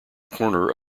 corner